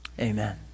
Amen